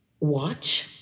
watch